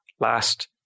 last